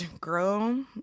girl